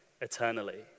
eternally